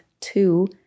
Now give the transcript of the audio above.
two